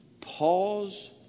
Pause